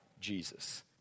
Jesus